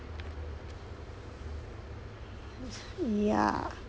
ya